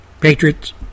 Patriots